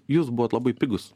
jūs buvot labai pigūs